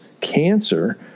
cancer